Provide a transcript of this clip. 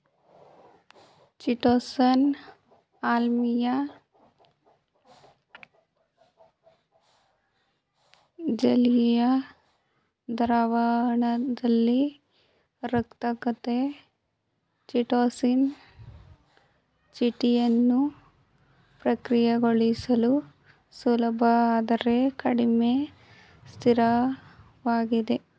chitosan ಆಮ್ಲೀಯ ಜಲೀಯ ದ್ರಾವಣದಲ್ಲಿ ಕರಗ್ತದೆ ಚಿಟೋಸಾನ್ ಚಿಟಿನನ್ನು ಪ್ರಕ್ರಿಯೆಗೊಳಿಸಲು ಸುಲಭ ಆದರೆ ಕಡಿಮೆ ಸ್ಥಿರವಾಗಿರ್ತದೆ